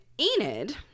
Enid